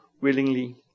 willingly